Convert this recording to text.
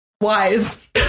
wise